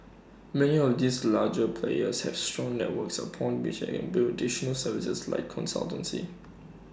many of these larger players have strong networks upon which they can build additional services like consultancy